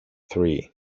three